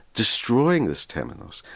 destroying this temenos.